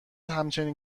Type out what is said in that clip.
همچین